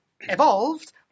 evolved